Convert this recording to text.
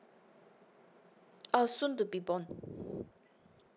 err soon to be born